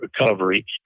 recovery